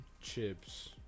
chips